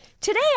today